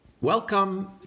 Welcome